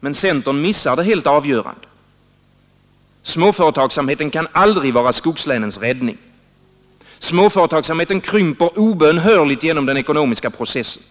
Men centern missar helt det avgörande. Småföretagsamheten kan aldrig vara skogslänens räddning. Småföretagsamheten krymper obönhörligt genom den ekonomiska processen.